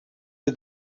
you